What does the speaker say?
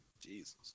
Jesus